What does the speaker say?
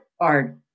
art